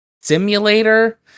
simulator